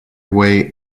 way